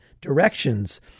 directions